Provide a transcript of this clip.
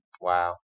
Wow